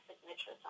signature